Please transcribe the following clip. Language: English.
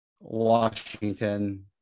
Washington